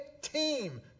Team